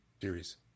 series